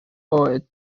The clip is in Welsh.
oed